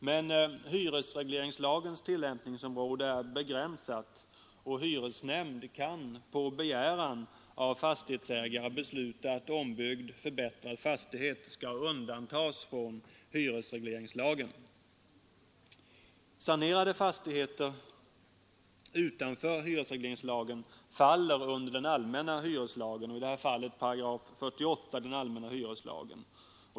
Men hyresregleringslagens tillämpningsområde är begränsat, och hyresnämnd kan på begäran av fastighetsägare besluta att ombyggd, förbättrad fastighet skall undantas från hyresregleringslagen. Sanerade fastigheter utanför hyresregleringslagen faller under allmänna hyreslagen, i det här fallet under 48 §.